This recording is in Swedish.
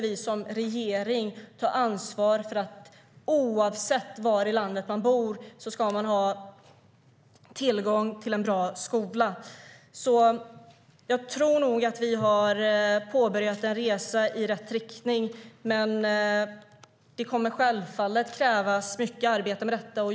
Vi som regering måste ta ansvar för att man ska ha tillgång till en bra skola oavsett var i landet man bor. Jag tror nog att vi har påbörjat en resa i rätt riktning, men det kommer självfallet att krävas mycket arbete.